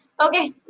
okay